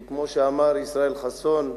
וכמו שאמר ישראל חסון,